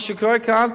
מה שקורה כאן,